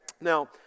Now